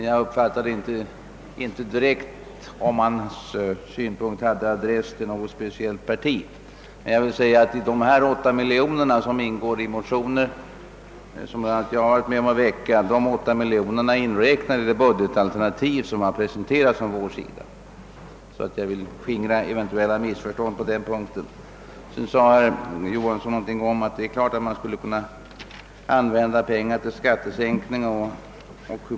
Jag uppfattade alltså inte om hans synpunkter hade adress till något speciellt parti, men för att skingra eventuella missförstånd vill jag nämna att de åtta miljoner kronor, som föreslås i de motioner som bl.a. jag varit med om att väcka, är inräknade i det budgetalternativ som presenterats från vår sida. Herr Johanson i Västervik sade vidare att man skulle kunna använda pengarna till skattesänkning.